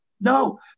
No